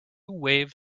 wave